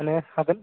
माने हागोन